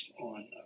on